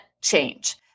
change